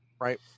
Right